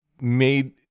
made